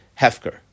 hefker